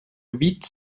huit